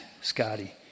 Scotty